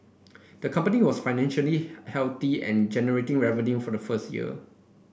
the company was financially healthy and generating revenue from the first year